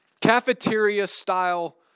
cafeteria-style